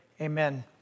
amen